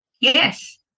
Yes